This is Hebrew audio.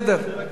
קדימה.